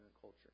culture